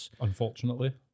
Unfortunately